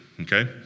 Okay